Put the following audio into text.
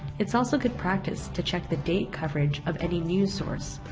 it's also good practice to check the date coverage of any news source.